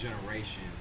generation